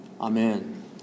Amen